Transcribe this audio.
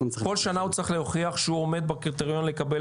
כל שנה הוא צריך להוכיח שהוא עומד בקריטריון לקבל